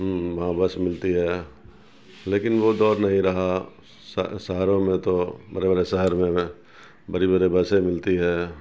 وہاں بس ملتی ہے لیکن وہ دور نہیں رہا شہروں میں تو بڑے بڑے شہر میں نا میں بڑی بڑی بسیں ملتی ہے